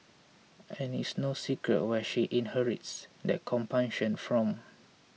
and it's no secret where she inherits that compunction from